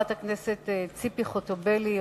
חברת הכנסת ציפי חוטובלי,